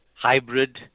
hybrid